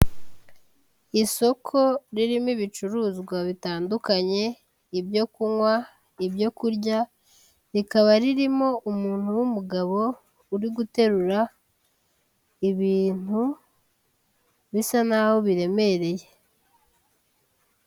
Isoko ririmo ibicuruzwa bitandukanye ibyo kunywa ibyo kurya, rikaba ririmo umuntu w'umugabo uri guterura ibintu bisa n'aho biremereye.